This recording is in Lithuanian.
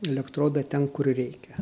elektrodą ten kur reikia